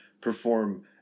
perform